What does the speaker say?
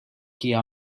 hija